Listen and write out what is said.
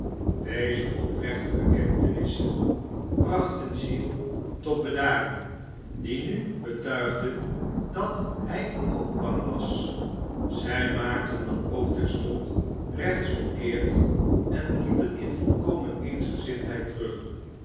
deze oprechte bekentenissen brachten giles tot bedaren die nu betuigde dat hij ook bang was zij maakten dan ook terstond rechtsomkeert en liepen in volkomen eensgezindheid terug